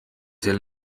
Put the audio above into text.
sel